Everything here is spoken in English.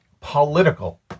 political